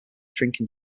drinking